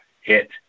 hit